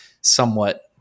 somewhat